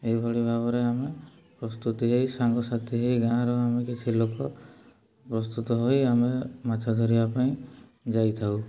ଏହିଭଳି ଭାବରେ ଆମେ ପ୍ରସ୍ତୁତି ହେଇ ସାଙ୍ଗସାଥି ହେଇ ଗାଁର ଆମେ କିଛି ଲୋକ ପ୍ରସ୍ତୁତ ହୋଇ ଆମେ ମାଛ ଧରିବା ପାଇଁ ଯାଇଥାଉ